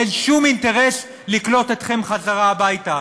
אין שום אינטרס לקלוט אתכם חזרה הביתה.